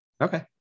Okay